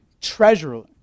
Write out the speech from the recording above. treasury